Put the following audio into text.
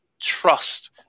trust